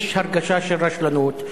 יש הרגשה של רשלנות,